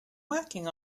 working